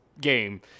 game